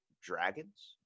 dragons